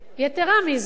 יתירה מזו,